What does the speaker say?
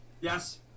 Yes